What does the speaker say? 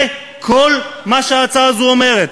זה כל מה שההצעה הזאת אומרת.